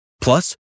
Plus